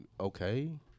okay